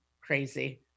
crazy